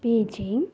Beijing